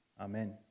Amen